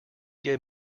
gave